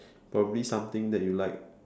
probably something that you like